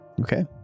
Okay